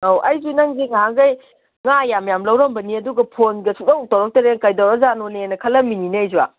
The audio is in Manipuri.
ꯑꯧ ꯑꯩꯁꯦ ꯅꯪꯁꯦ ꯉꯍꯥꯟꯈꯩ ꯉꯥ ꯌꯥꯝ ꯌꯥꯝ ꯂꯧꯔꯝꯕꯅꯤ ꯑꯗꯨꯒ ꯐꯣꯟ ꯁꯨꯡꯇꯧ ꯇꯧꯔꯛꯇ꯭ꯔꯦ ꯀꯩꯗꯧꯔꯖꯥꯠꯅꯣꯅꯦ ꯈꯜꯂꯝꯃꯤꯅꯤꯅꯦ ꯑꯩꯁꯨ